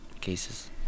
cases